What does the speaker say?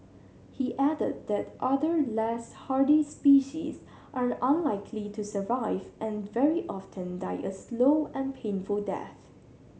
he added that other less hardy species are unlikely to survive and very often die a slow and painful death